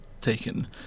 taken